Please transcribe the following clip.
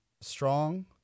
strong